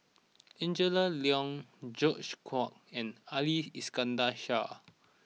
Angela Liong George Quek and Ali Iskandar Shah